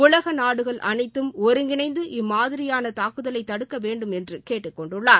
உலகநாடுகள் அளைத்தும் ஒருங்கிணைந்து இம்மாதிரியான துக்குதலை தடுக்க வேண்டும் என்று கேட்டுக்கொண்டுள்ளார்